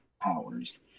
powers